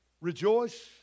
Rejoice